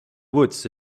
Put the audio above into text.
woods